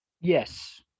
Yes